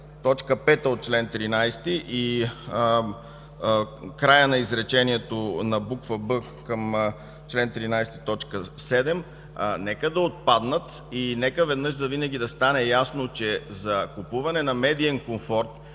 – т. 5 от чл. 13 и краят на изречението на буква „б” към чл. 13, т. 7 да отпаднат. И нека веднъж завинаги да стане ясно, че за купуване на медиен комфорт